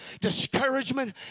discouragement